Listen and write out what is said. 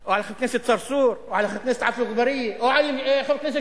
או על חבר הכנסת צרצור או על חבר הכנסת עפו אגבאריה או על חבר הכנסת